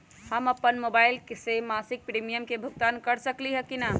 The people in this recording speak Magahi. हम अपन मोबाइल से मासिक प्रीमियम के भुगतान कर सकली ह की न?